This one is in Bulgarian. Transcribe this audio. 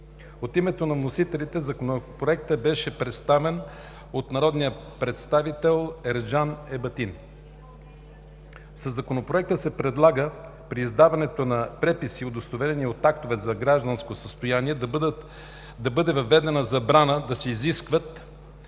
От името на вносителите Законопроектът бе представен от народния представител господин Танер Али. Със Законопроекта се предлага при издаването на преписи и удостоверения от актовете за гражданско състояние да бъде въведена забрана да се изискват